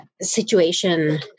situation